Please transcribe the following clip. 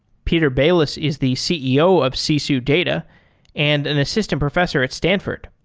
peter bailis is the ceo of sisu data and an assistant professor at stanford.